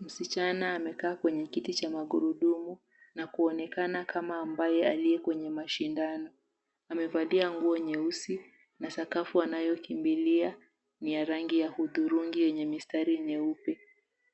Msichana amekaa kwenye kiti cha magurudumu, na kuonekana kama ambaye aliye kwenye mashindano. Amevalia nguo nyeusi, na sakafu wanayoikimbilia ni ya rangi ya hudhurungi yenye mistari myeupe.